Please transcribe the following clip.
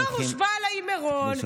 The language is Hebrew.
פרוש בא אליי עם מירון,